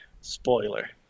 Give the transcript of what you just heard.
Spoiler